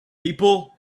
people